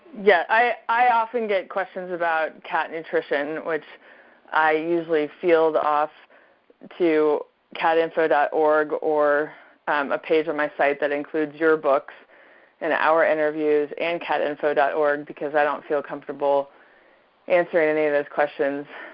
yeah, i often get questions about cat nutrition which i usually field off to catinfo dot org or a page on my site that includes your books and our interviews and catinfo dot org because i don't feel comfortable answering any of those questions.